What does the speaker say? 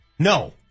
No